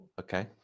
Okay